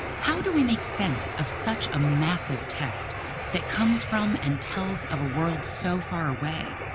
how do we make sense of such a massive text that comes from and tells of a world so far away?